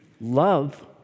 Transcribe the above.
love